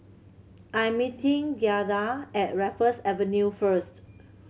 I'm meeting Giada at Raffles Avenue first